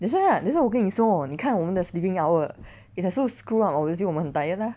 that's why lah that's why 我跟你说你看我们的 sleeping hour is like so screwed up obviously 我们很 tired lah